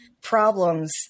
problems